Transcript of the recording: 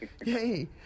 hey